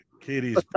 Katie's